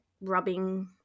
rubbing